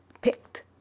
picked